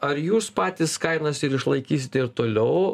ar jūs patys kainas ir išlaikysite ir toliau